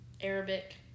Arabic